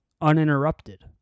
uninterrupted